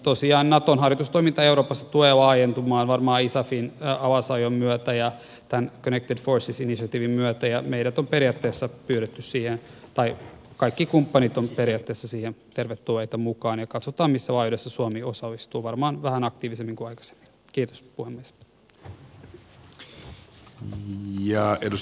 tosiaan naton harjoitustoiminta euroopassa tulee laajentumaan varmaan isafin alasajon myötä ja tämän connected forces initiativen myötä ja meidät on periaatteessa pyydetty siihen tai kaikki kumppanit ovat periaatteessa siihen tervetulleita mukaan ja katsotaan missä laidassa suomi osallistuu varmaan vähän aktiivisemmin kuin aikaisemmin